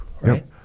right